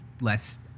less